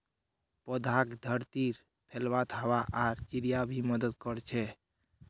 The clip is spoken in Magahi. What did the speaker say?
पौधाक धरतीत फैलवात हवा आर चिड़िया भी मदद कर छे